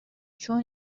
چون